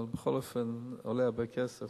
אבל בכל אופן זה עולה הרבה כסף,